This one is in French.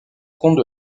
compte